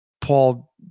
Paul